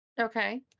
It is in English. Okay